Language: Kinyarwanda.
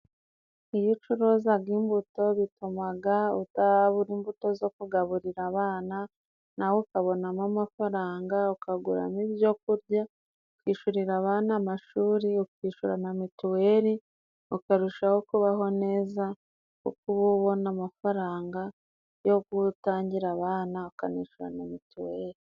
Iyo ucuruzaga imbuto bitumaga utabura imbuto zo kugaburira abana nawe ukabonamo amafaranga ukaguramo ibyo kurya ,ukishyurira abana amashuri ,ukishyura na mituweli ukarushaho kubaho neza kuko uba ubona amafaranga yo kutangira abana ukanishyura na mituweli.